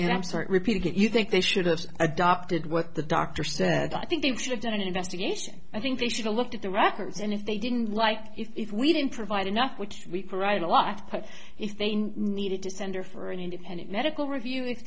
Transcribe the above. start repeating that you think they should have adopted what the doctor said i think they should have done an investigation i think they should look at the rockers and if they didn't like it if we didn't provide enough which we provided a lot but if they needed to send her for an independent medical review if